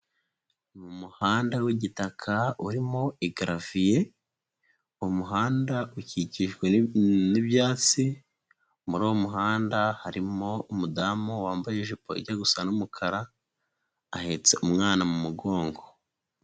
Mu muhanda w'igitaka urimo igaraviye, umuhanda ukikijwe n'ibyatsi, muri uwo muhanda harimo umudamu wambaye ijipo ijya gusa n'umukara uhetse umwana mu mugongo.